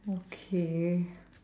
okay